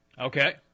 Okay